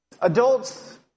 Adults